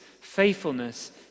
faithfulness